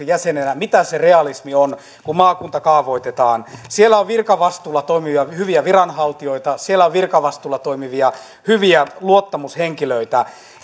jäsenenä mitä se realismi on kun maakuntaa kaavoitetaan siellä on virkavastuulla toimivia hyviä viranhaltijoita siellä on virkavastuulla toimivia hyviä luottamushenkilöitä